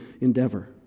endeavor